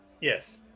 Yes